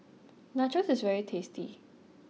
Nachos is very tasty